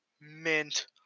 mint